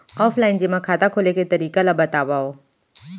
Offline जेमा खाता खोले के तरीका ल बतावव?